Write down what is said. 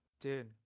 Dude